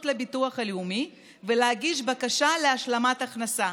לביטוח הלאומי ולהגיש בקשה להשלמת הכנסה.